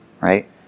right